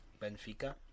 Benfica